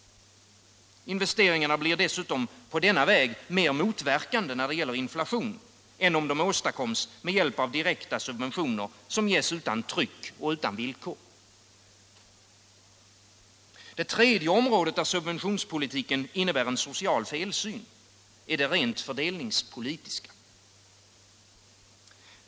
Investeringarna blir dessutom på denna väg mer motverkande när det gäller inflation än om de åstadkoms med hjälp av direkta subventioner som ges utan tryck och utan villkor. Det tredje området, där subventionspolitiken innebär en social felsyn, är det rent fördelningspolitiska.